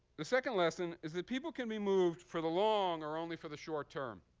the second lesson is that people can be moved for the long or only for the short-term.